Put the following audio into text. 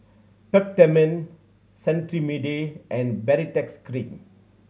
Peptamen Cetrimide and Baritex Cream